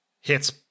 hits